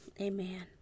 Amen